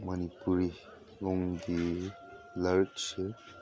ꯃꯅꯤꯄꯨꯔꯤ ꯂꯣꯟꯒꯤ ꯂꯥꯏꯔꯤꯛꯁꯦ